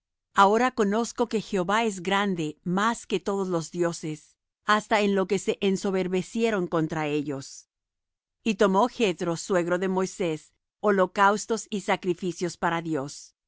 ahora conozco que jehová es grande más que todos los dioses hasta en lo que se ensoberbecieron contra ellos y tomó jethro suegro de moisés holocaustos y sacrificios para dios